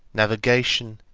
navigation,